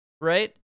right